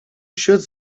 should